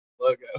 logo